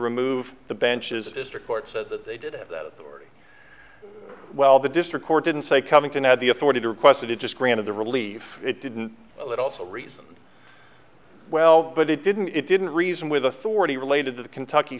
remove the bench is a district court says that they did have that authority well the district court didn't say covington had the authority to request it it just granted the relief it didn't let also reason well but it didn't it didn't reason with authority related to the kentucky